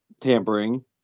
Tampering